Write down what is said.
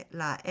la